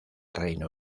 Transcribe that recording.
reino